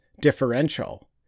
differential